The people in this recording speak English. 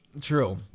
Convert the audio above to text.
True